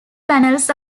panels